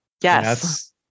Yes